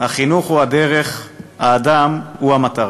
החינוך הוא הדרך, האדם הוא המטרה.